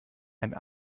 einen